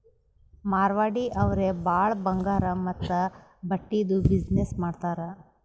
ಮಾರ್ವಾಡಿ ಅವ್ರೆ ಭಾಳ ಬಂಗಾರ್ ಮತ್ತ ಬಟ್ಟಿದು ಬಿಸಿನ್ನೆಸ್ ಮಾಡ್ತಾರ್